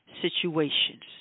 situations